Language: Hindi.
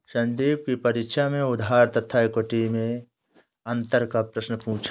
संदीप की परीक्षा में उधार तथा इक्विटी मैं अंतर का प्रश्न पूछा